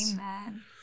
Amen